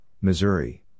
Missouri